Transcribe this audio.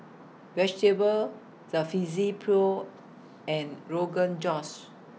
Vegetable Jalfrezi Pho and Rogan Josh